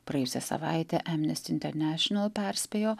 praėjusią savaitę amnesty international perspėjo